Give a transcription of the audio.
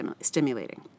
stimulating